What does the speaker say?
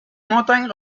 montagnes